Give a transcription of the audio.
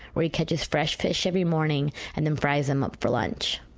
where he catches fresh fish every morning, and then fries them up for lunch.